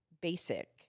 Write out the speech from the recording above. basic